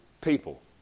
people